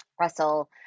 Russell